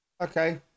Okay